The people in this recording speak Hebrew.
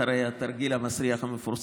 אחרי התרגיל המסריח המפורסם,